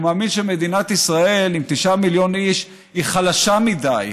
הוא מאמין שמדינת ישראל עם תשעה מיליון איש היא חלשה מדי,